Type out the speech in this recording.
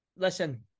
Listen